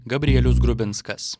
gabrielius grubinskas